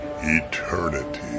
Eternity